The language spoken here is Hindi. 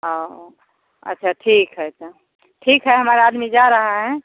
औ अच्छा ठीक है तो ठीक है हमारा आदमी जा रहा है